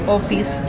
Office